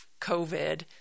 COVID